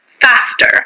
faster